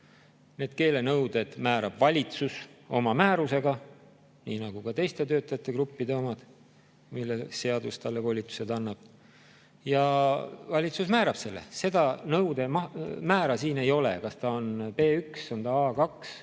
Keelenõuded määrab valitsus oma määrusega, nii nagu ka teiste töötajategruppide omad, milleks seadus talle volitused annab. Valitsus määrab selle. Seda nõude määra siin ei ole, kas on B1, A2.